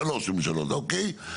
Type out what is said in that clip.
שלוש ממשלות אוקי,